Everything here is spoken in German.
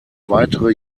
weitere